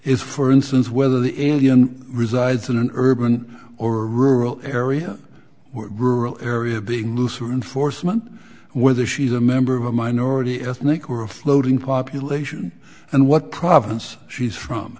is for instance whether the alien resides in an urban or rural area where rural area being looser in forstmann whether she's a member of a minority ethnic or a floating population and what province she's from